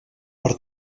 per